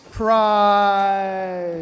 prize